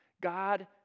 God